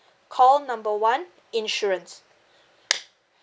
call number one insurance